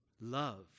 Love